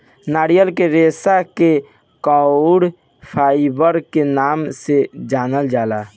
नारियल के रेशा के कॉयर फाइबर के नाम से जानल जाला